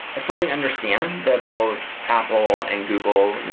i fully understand that both apple and google,